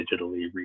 digitally